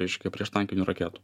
reiškia prieštankinių raketų